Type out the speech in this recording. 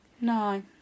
No